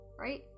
right